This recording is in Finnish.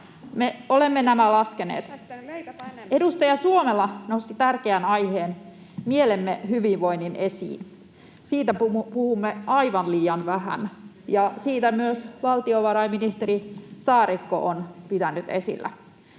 Me olemme nämä laskeneet. Edustaja Suomela nosti tärkeän aiheen, mielemme hyvinvoinnin, esiin. Siitä puhumme aivan liian vähän, [Sari Sarkomaa: Ja vielä vähemmän teette!] ja sitä myös valtiovarainministeri Saarikko on pitänyt esillä.